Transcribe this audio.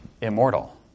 immortal